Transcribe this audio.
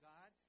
God